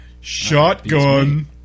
Shotgun